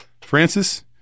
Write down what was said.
Francis